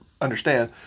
understand